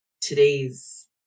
today's